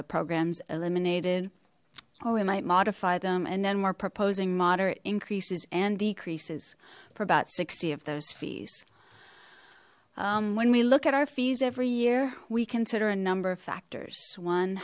a programs eliminated or we might modify them and then we're proposing moderate increases and decreases for about sixty of those fees when we look at our fees every year we consider a number of factors